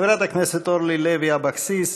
חברת הכנסת אורלי לוי אבקסיס,